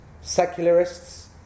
secularists